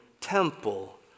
temple